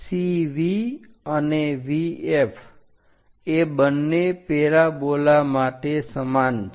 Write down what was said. CV અને VF એ બંને પેરાબોલા માટે સમાન છે